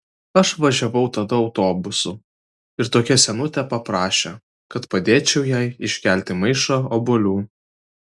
aš važiavau tada autobusu ir tokia senutė paprašė kad padėčiau jai iškelti maišą obuolių